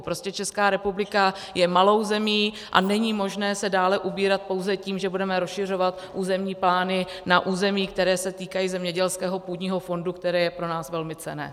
Prostě Česká republika je malou zemí a není možné se dále ubírat pouze tím, že budeme rozšiřovat územní plány na území, která se týkají zemědělského půdního fondu, které je pro nás velmi cenné.